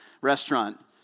restaurant